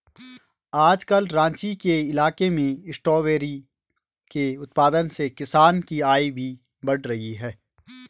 आजकल राँची के इलाके में स्ट्रॉबेरी के उत्पादन से किसानों की आय भी बढ़ रही है